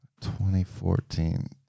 2014